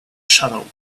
shadow